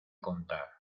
contar